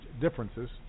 differences